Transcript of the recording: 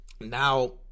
now